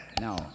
No